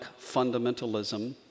fundamentalism